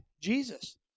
Jesus